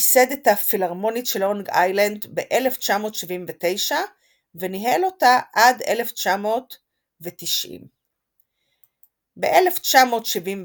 ייסד את הפילהרמונית של לונג איילנד ב-1979 וניהל אותה עד 1990. ב-1976